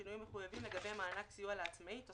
הגיש עצמאי או